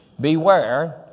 Beware